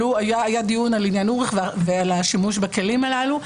היה דיון על השימוש בכלים הללו,